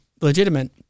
legitimate